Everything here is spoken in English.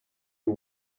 you